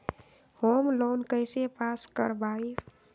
Home loan कैसे pass कर बाबई?